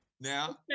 Now